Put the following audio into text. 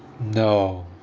no